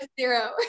zero